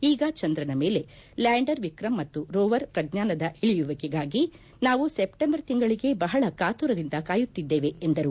ಈಗ ಚಂದ್ರನ ಮೇಲೆ ಲ್ಯಾಂಡರ್ ವಿಕ್ರಮ ಮತ್ತು ರೋವರ್ ಪ್ರಜ್ಞಾನದ ಇಳಿಯುವಿಕೆಗಾಗಿ ನಾವು ಸೆಪ್ಟೆಂಬರ್ ತಿಂಗಳಿಗಾಗಿ ಬಹಳ ಕಾತುರದಿಂದ ಕಾಯುತ್ತಿದ್ದೇವೆ ಎಂದರು